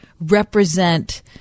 represent